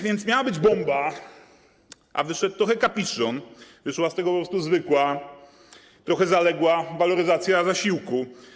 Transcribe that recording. Więc miała być bomba, a wyszedł trochę kapiszon, wyszła z tego po prostu zwykła, trochę zaległa waloryzacja zasiłku.